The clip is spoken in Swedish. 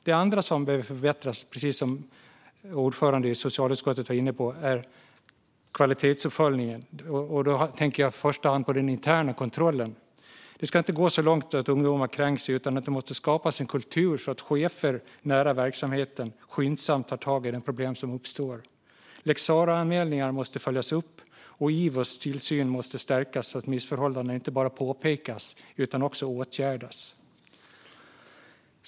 Det andra som behöver förbättras är, precis som socialutskottets ordförande var inne på, kvalitetsuppföljningen. Då tänker jag i första hand på den interna kontrollen. Det ska inte gå så långt att ungdomar kränks, utan det måste skapas en kultur så att chefer som finns nära verksamheten skyndsamt tar tag i de problem som uppstår. Lex Sarah-anmälningar måste följas upp, och IVO:s tillsyn måste stärkas så att missförhållanden inte bara påpekas utan också åtgärdas.